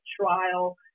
trial